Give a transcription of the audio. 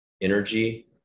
energy